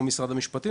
כמו משרד המשפטים,